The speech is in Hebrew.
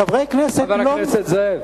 חבר הכנסת זאב.